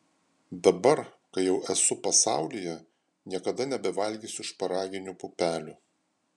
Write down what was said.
dabar kai jau esu pasaulyje niekada nebevalgysiu šparaginių pupelių